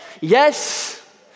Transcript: yes